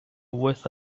with